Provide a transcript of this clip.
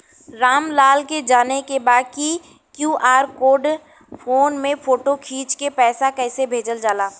राम लाल के जाने के बा की क्यू.आर कोड के फोन में फोटो खींच के पैसा कैसे भेजे जाला?